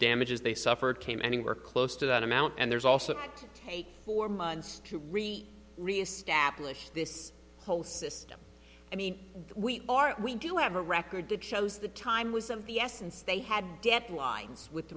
damages they suffered came anywhere close to that amount and there's also to take four months to re reestablish this whole system i mean we are we do have a record that shows the time was of the essence they had deadlines with